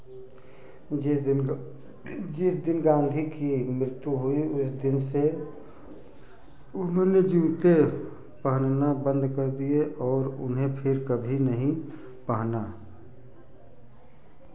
जिस दिन ग जिस दिन गांधी की मृत्यु हुई उस दिन से उन्होंने जूते पहनना बंद कर दिए और उन्हें फिर कभी नहीं पहना